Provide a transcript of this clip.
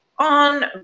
On